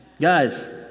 Guys